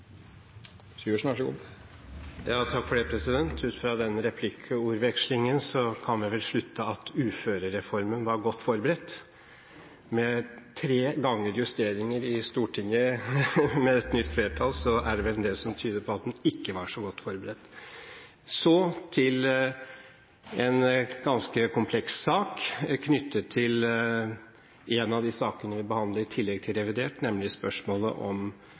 Ut fra denne replikkvekslingen kan vi vel slutte at uførereformen var godt forberedt. Med tre ganger justeringer i Stortinget med et nytt flertall er det vel en del som tyder på at den ikke var så godt forberedt. Så til et ganske komplekst spørsmål knyttet til en av de sakene vi behandler i tillegg til revidert, nemlig spørsmålet om